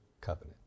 covenant